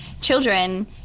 children